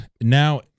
now